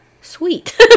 sweet